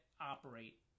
operate